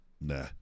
nah